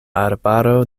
arbaro